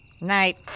Night